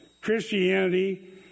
Christianity